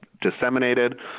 disseminated